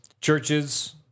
Churches